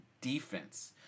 defense